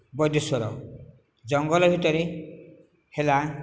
ବୈଦେଶ୍ଵର ଜଙ୍ଗଲ ଭିତରେ ହେଲା